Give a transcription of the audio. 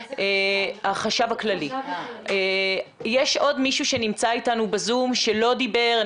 יש עוד מישהו שנמצא איתנו בזום שלא דיבר?